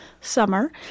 summer